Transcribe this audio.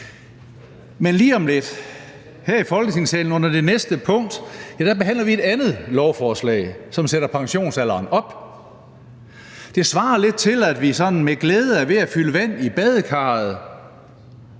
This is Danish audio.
Men lige om lidt her i Folketingssalen under det næste punkt behandler vi et andet lovforslag, som sætter pensionsalderen op. Det svarer lidt til, at vi sådan med glæde er ved at fylde vand i badekarret,